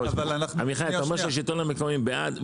עמיחי, אתה אומר שהשלטון המקומי בעד.